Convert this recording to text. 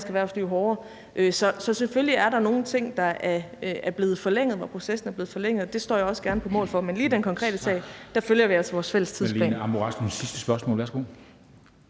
erhvervsliv hårdere. Så selvfølgelig er der nogle ting, der er blevet forlænget, når processen er blevet forlænget, og det står jeg også gerne på mål for, men lige med hensyn til den konkrete sag følger vi altså vores fælles tidsplan.